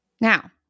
Now